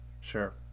sure